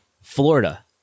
Florida